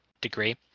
degree